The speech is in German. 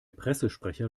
pressesprecher